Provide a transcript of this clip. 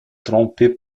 trempées